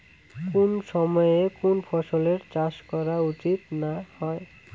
কুন সময়ে কুন ফসলের চাষ করা উচিৎ না হয়?